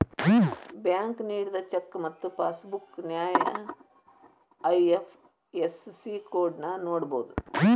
bank ನೇಡಿದ cheque ಮತ್ತ passbook ನ್ಯಾಯ ಐ.ಎಫ್.ಎಸ್.ಸಿ ಕೋಡ್ನ ನೋಡಬೋದು